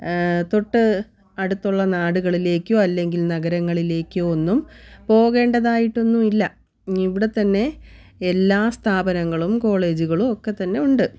തൊട്ട് അടുത്തുള്ള നാടുകളിലേക്കോ അല്ലെങ്കിൽ നഗരങ്ങളിലേക്കോ ഒന്നും പോകേണ്ടതായിട്ടൊന്നും ഇല്ല ഇനി ഇവിടെ തന്നെ എല്ലാ സ്ഥാപനങ്ങളും കോളേജുകളും ഒക്കെ തന്നെ ഉണ്ട്